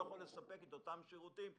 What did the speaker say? יכול לספק את אותם שירותים שניתנים.